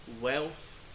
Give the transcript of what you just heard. wealth